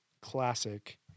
classic